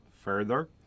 further